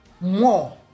more